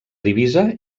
divisa